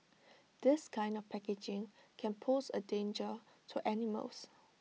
this kind of packaging can pose A danger to animals